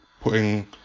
putting